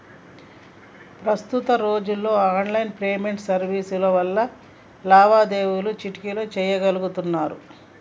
ప్రస్తుత రోజుల్లో online payment సర్వీసుల వల్ల లావాదేవీలు చిటికెలో చెయ్యగలుతున్నరు